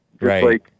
Right